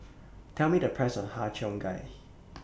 Tell Me The Price of Har Cheong Gai